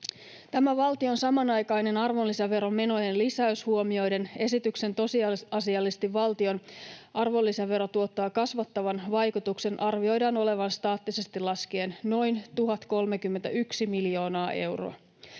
Tämä valtion samanaikainen arvonlisäveromenojen lisäys huomioiden esityksen tosiasiallisesti valtion arvonlisäverotuottoa kasvattavan vaikutuksen arvioidaan olevan staattisesti laskien noin 1 031 miljoonaa euroa.